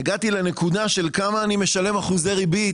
הגעתי לנקודה של כמה אני משלם אחוזי ריבית